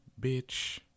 Bitch